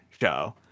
show